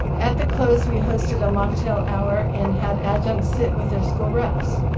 at the close, we hosted a mock tail hour and had adjuncts sit with their school reps.